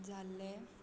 जाल्ले